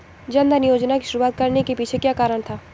जन धन योजना की शुरुआत करने के पीछे क्या कारण था?